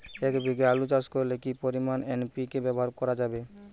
এক বিঘে আলু চাষ করলে কি পরিমাণ এন.পি.কে ব্যবহার করা যাবে?